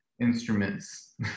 instruments